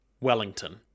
Wellington